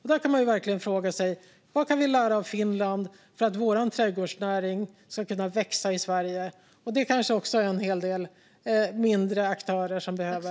Vi kan verkligen fråga oss vad vi kan lära av Finland för att vår trädgårdsnäring ska kunna växa i Sverige. Det kanske också är en hel del mindre aktörer som behövs.